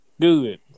Good